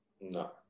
No